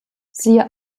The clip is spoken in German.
siehe